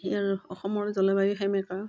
ইয়াৰ অসমৰ জলবায়ু সেমেকা